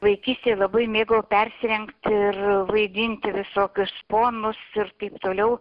vaikystėj labai mėgau persirengti ir vaidinti visokius ponus ir taip toliau